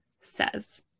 says